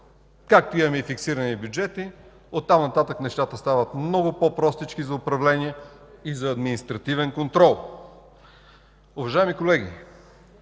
имаме и фиксирани бюджети, оттам нататък нещата стават много по-простички за управление и за административен контрол. Уважаеми колеги,